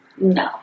No